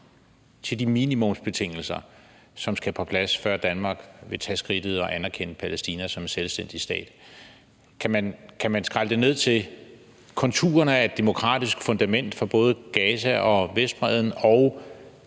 til de minimumsbetingelser, som skal på plads, før Danmark vil tage skridtet og anerkende Palæstina som en selvstændig stat? Kan man skrælle det ned til konturerne af et demokratisk fundament for både Gaza og Vestbredden